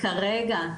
כרגע,